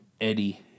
Eddie